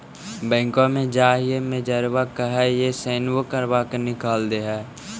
बैंकवा मे जाहिऐ मैनेजरवा कहहिऐ सैनवो करवा के निकाल देहै?